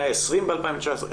120 פניות ב-2019?